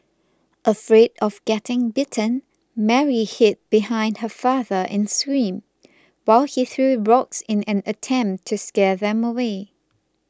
afraid of getting bitten Mary hid behind her father and screamed while he threw rocks in an attempt to scare them away